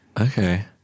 okay